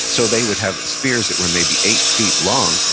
so, they would have spears that were maybe eight feet long,